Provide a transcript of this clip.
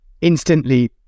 instantly